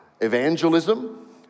evangelism